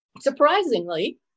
Surprisingly